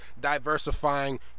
diversifying